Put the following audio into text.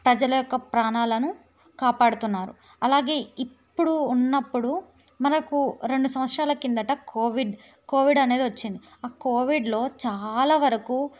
ప్రజల యొక్క ప్రాణాలను కాపాడుతున్నారు అలాగే ఇప్పుడు ఉన్నప్పుడు మనకు రెండు సంవత్సరాల కిందట కోవిడ్ కోవిడ్ అనేది వచ్చింది ఆ కోవిడ్లో చాలా వరకు